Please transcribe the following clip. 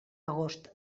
agost